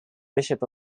bishop